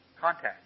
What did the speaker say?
contact